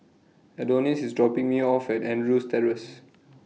Adonis IS dropping Me off At Andrews Terrace